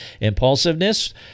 Impulsiveness